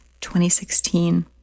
2016